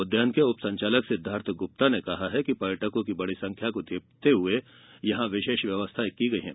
उद्यान के उपसंचालक सिद्वार्थ गुप्ता ने कहा कि पर्यटकों की बड़ी संख्या को देखते हए विशेष व्यवस्थाएं की गई है